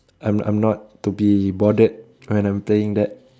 I'm I'm not to be bothered when I'm playing that